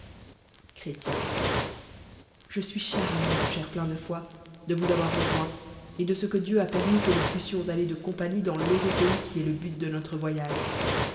je suis chanué mon cher plein de foi de vous avoir rejoint et de ce que dieu a permis quenous pussions aller de compagnie dans l'heureux pays qui est le but de notre voyage